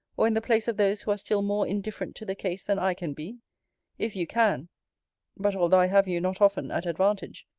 or in the place of those who are still more indifferent to the case than i can be if you can but although i have you not often at advantage,